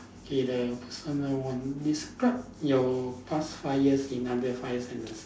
okay the personal one describe your past five years in under five sentences